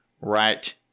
right